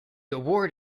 award